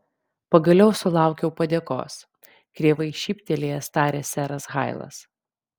pagaliau sulaukiau padėkos kreivai šyptelėjęs tarė seras hailas